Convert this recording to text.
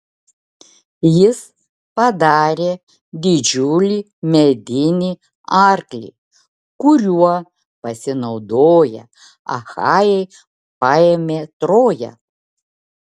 jis padarė didžiulį medinį arklį kuriuo pasinaudoję achajai paėmė troją